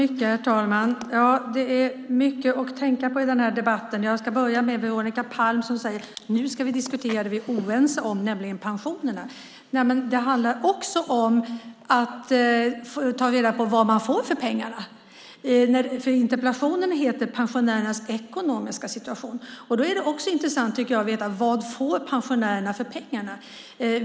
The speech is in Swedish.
Herr talman! Det är mycket att tänka på i denna debatt. Jag ska börja med Veronica Palm som sade: Nu ska vi diskutera det vi är oense om, nämligen pensionerna. Det handlar också om att ta reda på vad man får för pengarna. Interpellationen heter Pensionärernas ekonomiska situation . Då är det intressant att veta vad pensionärerna får för pengarna.